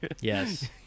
yes